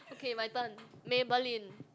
okay my turn Maybelline